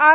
R